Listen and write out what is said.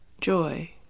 joy